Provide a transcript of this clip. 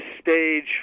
stage